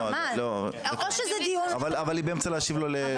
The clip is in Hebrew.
או שזה דיון --- אבל היא באמצע להשיב לנאור.